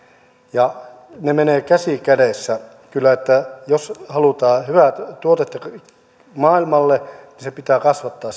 ja ne menevät käsi kädessä jos halutaan hyvät tuotteet maailmalle niin se puu pitää kasvattaa